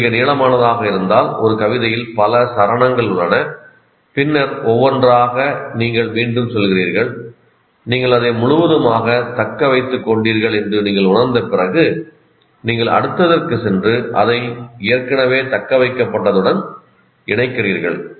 இது மிக நீளமானதாக இருந்தால் ஒரு கவிதையில் பல சரணங்கள் உள்ளன பின்னர் ஒவ்வொன்றாக நீங்கள் மீண்டும் சொல்கிறீர்கள் நீங்கள் அதை முழுவதுமாக தக்க வைத்துக் கொண்டீர்கள் என்று நீங்கள் உணர்ந்த பிறகு நீங்கள் அடுத்ததுக்குச் சென்று அதை ஏற்கனவே தக்கவைக்கப்பட்டதில் இணைக்கிறீர்கள்